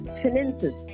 finances